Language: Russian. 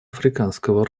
африканского